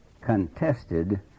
contested